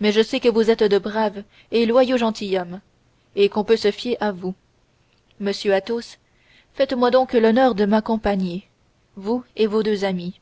mais je sais que vous êtes de braves et loyaux gentilshommes et qu'on peut se fier à vous monsieur athos faites-moi donc l'honneur de m'accompagner vous et vos deux amis